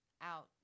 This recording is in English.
out